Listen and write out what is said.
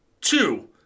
Two